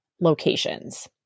locations